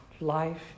life